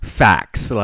facts